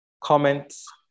Comments